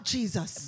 Jesus